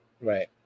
right